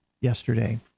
yesterday